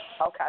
Okay